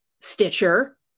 Stitcher